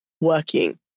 working